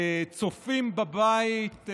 צופים בבית,